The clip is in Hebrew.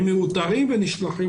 הם מאותרים ונשלחים